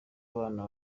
abana